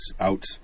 out